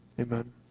amen